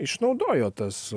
išnaudojo tas